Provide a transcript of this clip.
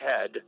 head